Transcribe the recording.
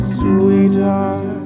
sweetheart